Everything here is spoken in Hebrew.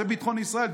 זה ביטחון ישראל.